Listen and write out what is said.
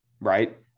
right